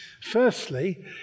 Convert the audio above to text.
Firstly